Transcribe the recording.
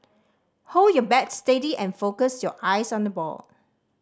hold your bat steady and focus your eyes on the ball